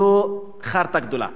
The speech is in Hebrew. זו חארטה גדולה